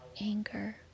anger